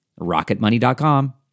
Rocketmoney.com